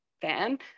fan